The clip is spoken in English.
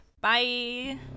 Bye